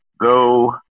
Go